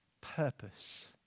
purpose